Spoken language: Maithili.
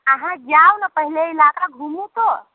अहाँ जाउ ने पहिले इलाका घूमू तऽ